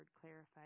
clarified